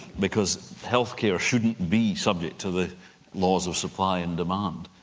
because healthcare shouldn't be subject to the laws of supply and demand.